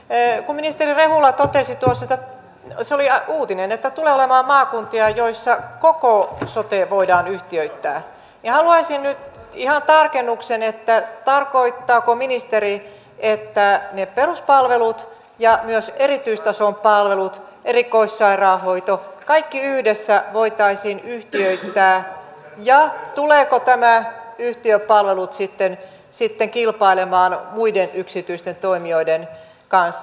kun ministeri rehula totesi tuossa että se oli uutinen tulee olemaan maakuntia joissa koko sote voidaan yhtiöittää niin haluaisin nyt ihan tarkennuksen tarkoittaako ministeri että ne peruspalvelut ja myös erityistason palvelut erikoissairaanhoito kaikki yhdessä voitaisiin yhtiöittää ja tulevatko tämä yhtiöpalvelut sitten kilpailemaan muiden yksityisten toimijoiden kanssa